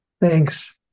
thanks